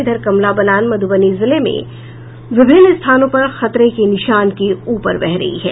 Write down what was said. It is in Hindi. इधर कमला बलान मध्रबनी जिले में विभिन्न स्थानों पर खतरे के निशान के ऊपर बह रही है